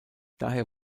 daher